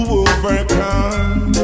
overcome